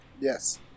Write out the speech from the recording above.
Yes